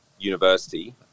university